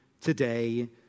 today